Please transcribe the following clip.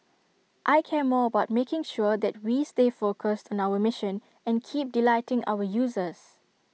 I care more about making sure that we stay focused on our mission and keep delighting our users